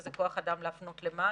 איזה כוח אדם להפנות למה,